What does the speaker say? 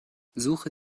suche